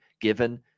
given